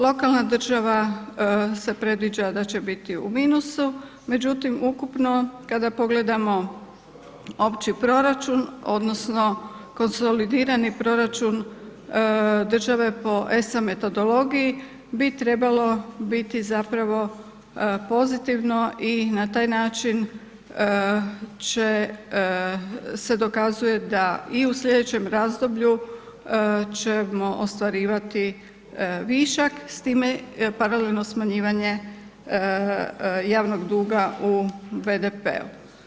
Lokalna država se predviđa da će biti u minusu međutim ukupno kada pogledamo opći proračun, odnosno konsolidirani proračun države po ESA metodologiji bi trebalo biti zapravo pozitivno i na taj način se dokazuje da i u slijedećem razdoblju ćemo ostvarivati višak s time paralelno smanjivanje javnog duga u BDP-u.